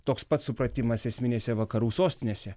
toks pats supratimas esminėse vakarų sostinėse